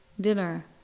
dinner